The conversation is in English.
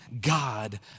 God